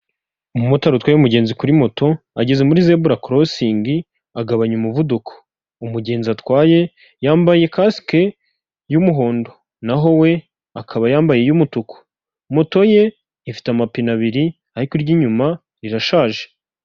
Umumotari utwaye umugenzi kuri moto ageze muri zebura korosingi agabanya umuvuduko. Umugenzi atwaye yambaye kasike y'umuhondo. Naho we akaba yambaye iy'umutuku. Moto ye ifite amapine abiri, ariko iry'inyuma rirashaje.